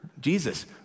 Jesus